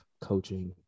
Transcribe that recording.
coaching